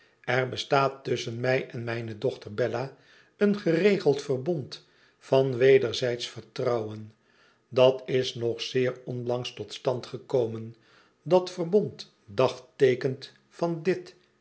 er bestaat tusschen mij en mijne dochter bella een geregeld verbond van wederzijdsch vertrouwen dat is nog zeer onlangs tot stand gekomen dat verbond dagteekent van dit